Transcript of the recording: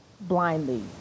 blindly